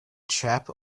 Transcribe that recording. chap